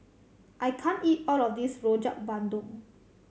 I can't eat all of this Rojak Bandung